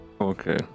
Okay